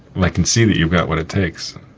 and i can see that you've got what it takes.